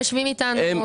יושבים איתם.